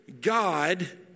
God